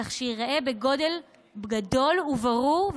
כך שייראה בגודל גדול ובבירור,